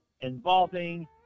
involving